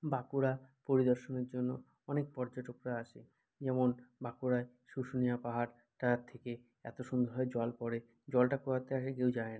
বাঁকুড়া পরিদর্শনের জন্য অনেক পর্যটকরা আসে যেমন বাঁকুড়ায় শুশুনিয়া পাহাড়টা থেকে এতো সুন্দরভাবে জল পড়ে জলটা কোথার থেকে আসে কেউ জানে না